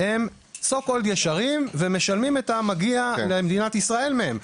הם ישרים ומשלמים את המגיע למדינת ישראל מהם.